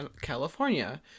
California